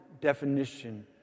definition